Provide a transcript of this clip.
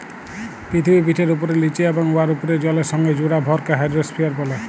পিথিবীপিঠের উপ্রে, লিচে এবং উয়ার উপ্রে জলের সংগে জুড়া ভরকে হাইড্রইস্ফিয়ার ব্যলে